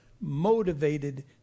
motivated